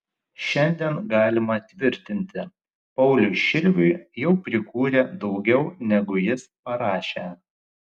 šiandien galima tvirtinti pauliui širviui jau prikūrė daugiau negu jis parašė